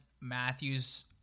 Matthew's